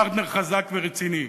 פרטנר חזק ורציני.